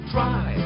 Try